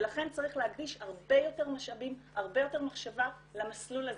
ולכן צריך להקדיש הרבה יותר משאבים והרבה יותר מחשבה למסלול הזה.